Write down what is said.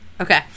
okay